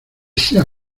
sea